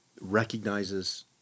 recognizes